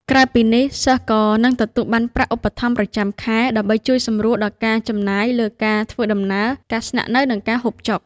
ក្រៅពីនេះ សិស្សក៏នឹងទទួលបានប្រាក់ឧបត្ថម្ភប្រចាំខែ ដើម្បីជួយសម្រួលដល់ការចំណាយលើការធ្វើដំណើរ ការស្នាក់នៅ និងការហូបចុក។